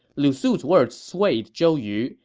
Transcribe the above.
lu su's words swayed zhou yu,